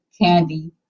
Candy